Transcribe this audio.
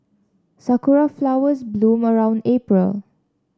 sakura flowers bloom around April